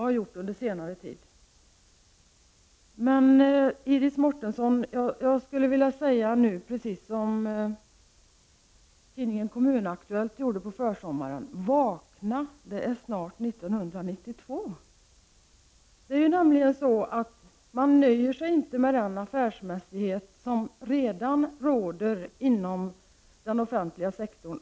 Jag skulle dock nu, Iris Mårtensson, liksom tidningen Kommun-Aktuellt gjorde under försommaren vilja säga: Vakna! Det är snart 1992. Man nöjer sig nämligen på högerhåll inte med den affärsmässighet som redan råder inom den offentliga sektorn.